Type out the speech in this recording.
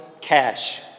cash